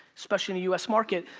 especially in the u s. market.